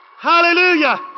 Hallelujah